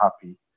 happy